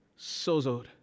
sozoed